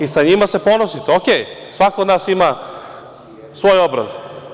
I sa njima se ponosite, okej, svako od nas ima svoj obraz.